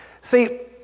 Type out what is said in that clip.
See